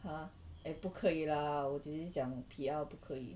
!huh! eh 不可以啦我姐姐讲 P_R 不可以